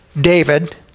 David